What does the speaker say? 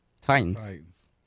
Titans